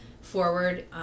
forward